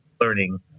learning